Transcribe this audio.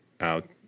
out